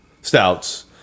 stouts